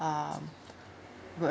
um